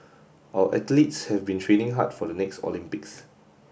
our athletes have been training hard for the next Olympics